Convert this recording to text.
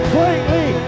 Greatly